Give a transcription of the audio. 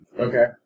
Okay